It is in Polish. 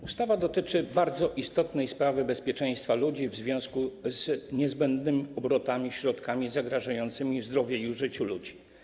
Ustawa dotyczy bardzo istotnej sprawy bezpieczeństwa ludzi w związku z niezbędnym obrotem środkami zagrażającymi zdrowiu i życiu ludzi.